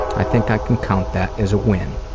i think i can count that as a win.